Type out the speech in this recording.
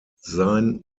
sein